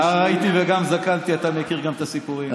נער הייתי וגם זקנתי, אתה מכיר גם את הסיפורים.